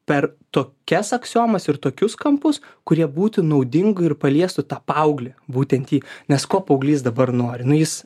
per tokias aksiomas ir tokius kampus kurie būtų naudinga ir paliestų tą paauglį būtent jį nes ko paauglys dabar nori nu jis